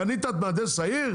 קנית את מהנדס העיר?